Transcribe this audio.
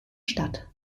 statt